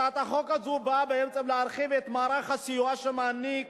הצעת החוק הזו באה בעצם להרחיב את מערך הסיוע שמעניקה